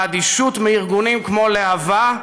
והאדישות לארגונים כמו להב"ה,